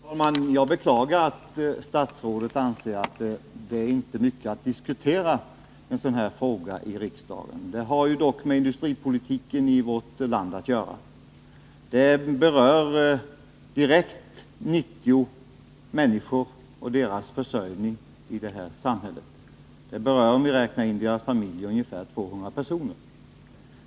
Fru talman! Jag beklagar att statsrådet anser att en sådan här fråga inte är mycket att diskutera i riksdagen. Den har dock med industripolitiken i vårt land att göra. Den berör direkt 90 människor och deras försörjning i detta samhälle. Om vi räknar in familjerna berörs ungefär 200 personer.